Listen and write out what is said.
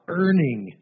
earning